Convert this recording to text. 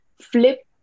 flip